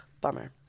bummer